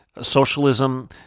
socialism